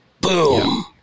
Boom